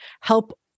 help